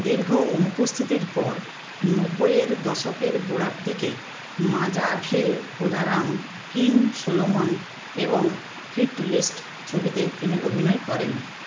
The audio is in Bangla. দীর্ঘ অনুপস্থিতির পর নব্বইয়ের দশকের গোড়ার দিকে মাঝাভিলকোদারাম কিং সোলোমন এবং হিটলিস্ট ছবিতে তিনি অভিনয় করেন